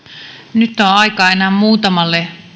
nyt on aikaa enää muutamalle